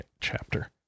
chapter